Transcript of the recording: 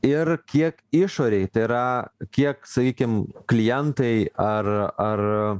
ir kiek išorėj tai yra kiek sakykim klientai ar ar